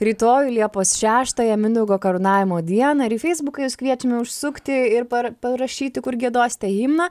rytojų liepos šeštąją mindaugo karūnavimo dieną ir į feisbuką jus kviečiame užsukti ir par parašyti kur giedosite himną